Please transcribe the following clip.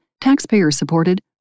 taxpayer-supported